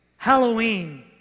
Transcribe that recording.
Halloween